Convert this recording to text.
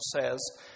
says